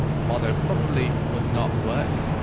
mono probably would not work.